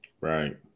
Right